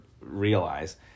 realize